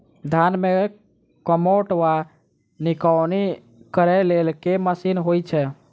धान मे कमोट वा निकौनी करै लेल केँ मशीन होइ छै?